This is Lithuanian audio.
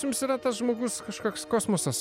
jums yra tas žmogus kažkoks kosmosas